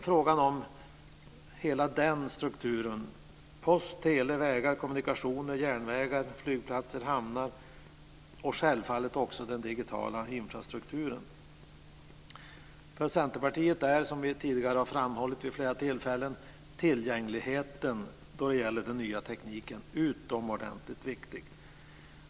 Frågan rör hela den strukturen, dvs. post, tele, vägar, kommunikationer, järnvägar, flygplatser, hamnar och självfallet också den digitala infrastrukturen. För Centerpartiet är, som vi tidigare har framhållit vid flera tillfällen, tillgängligheten när det gäller den nya tekniken utomordentligt viktig.